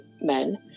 men